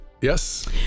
Yes